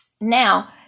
now